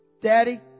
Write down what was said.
Daddy